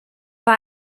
bei